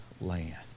land